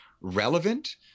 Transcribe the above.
relevant